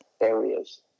areas